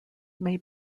may